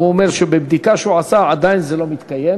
הוא אומר שבבדיקה שהוא עשה, עדיין זה לא מתקיים.